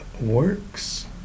works